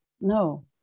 No